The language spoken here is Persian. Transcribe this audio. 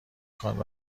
خواد